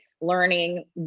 learning